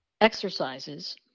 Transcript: exercises